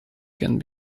can